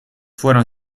fueron